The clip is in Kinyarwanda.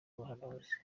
ubuhanuzi